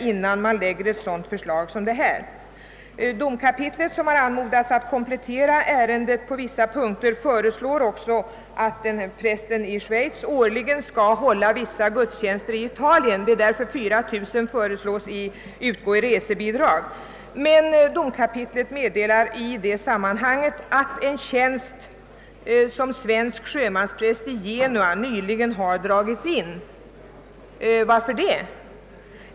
Domkapitlet i Uppsala, som anmodats komplettera utredningen i ärendet på vissa punkter, föreslår att prästen i Schweiz också skall hålla vissa gudstjänster i Italien — det är anledningen till förslaget om 4000 kronor i resebidrag. Domkapitlet meddelar i det sammanhanget, att en tjänst som svensk sjömanspräst i Genua nyligen har dragits in. Varför det?